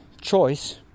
choice